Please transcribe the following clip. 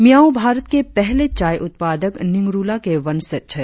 मियाओं भारत के पहले चाय उत्पादक निंगरुला के वशंज है